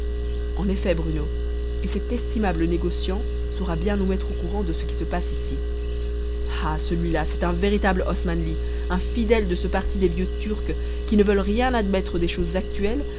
en effet bruno et cet estimable négociant saura bien nous mettre au courant de ce qui se passe ici ah celui-là c'est un véritable osmanli un fidèle de ce parti des vieux turcs qui ne veulent rien admettre des choses actuelles